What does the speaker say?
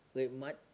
Redmart